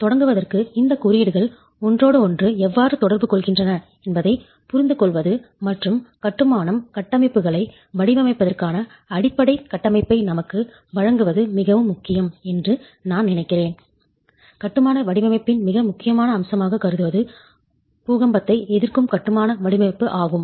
எனவே தொடங்குவதற்கு இந்த குறியீடுகள் ஒன்றோடொன்று எவ்வாறு தொடர்பு கொள்கின்றன என்பதை புரிந்துகொள்வது மற்றும் கட்டுமானம் கட்டமைப்புகளை வடிவமைப்பதற்கான அடிப்படை கட்டமைப்பை நமக்கு வழங்குவது மிகவும் முக்கியம் என்று நான் நினைக்கிறேன் கட்டுமான வடிவமைப்பின் மிக முக்கியமான அம்சமாக கருதுவது பூகம்பத்தை எதிர்க்கும் கட்டுமான வடிவமைப்பு ஆகும்